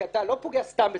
כי אתה לא פוגע סתם בזכויות.